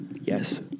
yes